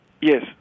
Yes